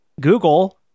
Google